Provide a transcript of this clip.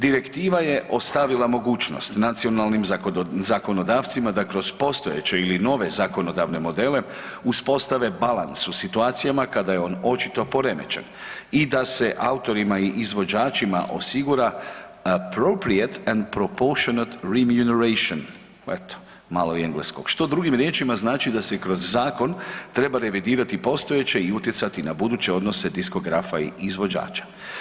Direktiva je ostavila mogućnost nacionalnim zakonodavcima da kroz postojeće ili nove zakonodavne modele uspostave balans u situacijama kada je on očito poremećen i da se autorima i izvođačima osigura … [[Govornik se ne razumije]] eto malo i engleskog, što drugim riječima znači da se kroz zakon treba revidirati postojeće i utjecati na buduće odnose diskografa i izvođača.